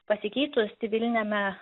pasikeitus civiliniame